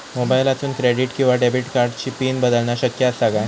मोबाईलातसून क्रेडिट किवा डेबिट कार्डची पिन बदलना शक्य आसा काय?